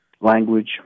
language